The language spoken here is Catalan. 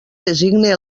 designe